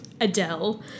adele